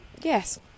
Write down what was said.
yes